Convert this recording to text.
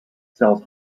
sells